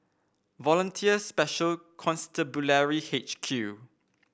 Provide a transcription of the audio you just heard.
Volunteer Special Constabulary H Q